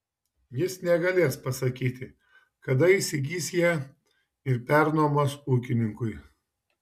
jis negalės pasakyti kad įsigys ją ir pernuomos ūkininkui